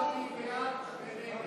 והצבעתי בעד.